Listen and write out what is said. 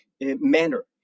manner